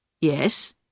Yes